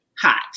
Hot